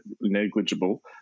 negligible